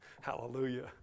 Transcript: Hallelujah